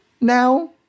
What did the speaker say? now